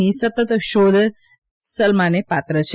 ની સતત શોધ સલામને પાત્ર છે